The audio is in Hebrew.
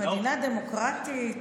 מדינה דמוקרטית,